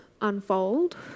unfold